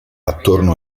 attorno